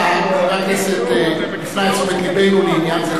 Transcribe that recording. חבר הכנסת הפנה את תשומת לבנו לעניין זה,